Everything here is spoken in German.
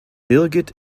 birgit